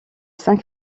saint